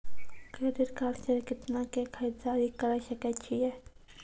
Credit card से कितना के खरीददारी करे सकय छियै?